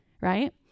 right